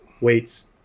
weights